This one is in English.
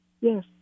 Yes